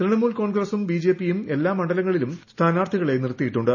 തൃണമൂൽ കോൺഗ്രസും ബിജെപിയും എല്ലാ മുണ്ഡലങ്ങളിലും സ്ഥാനാർഥികളെ നിർത്തിയിട്ടുണ്ട്